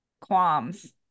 qualms